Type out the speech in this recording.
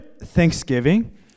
thanksgiving